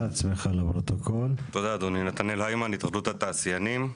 אני מהתאחדות התעשיינים.